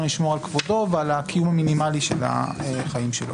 לשמור על כבודו ועל הקיום המינימלי של החיים שלו.